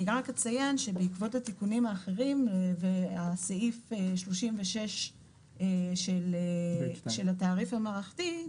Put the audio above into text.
אני רק אציין שבעקבות התיקונים האחרים והסעיף 36 של התעריף המערכתי,